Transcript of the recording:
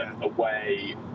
away